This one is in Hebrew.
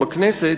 בכנסת,